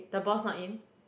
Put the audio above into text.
the boss not in